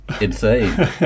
insane